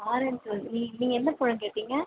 orange வந்து நீ நீங்கள் எந்த பழம் கேட்டீங்க